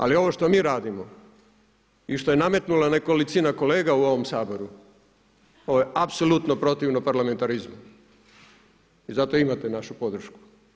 Ali ovo što mi radimo i što je nametnula nekolicina kolega u ovom Saboru to je apsolutno protivno parlamentarizmu i zato imate našu podršku.